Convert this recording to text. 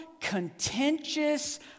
contentious